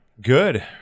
Good